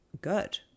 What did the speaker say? good